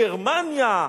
גרמניה,